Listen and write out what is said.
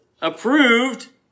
Approved